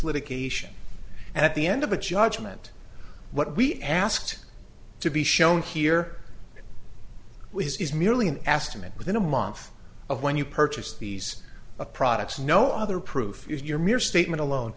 litigation and at the end of the judgment what we asked to be shown here which is merely an estimate within a month of when you purchase these products no other proof is your mere statement alone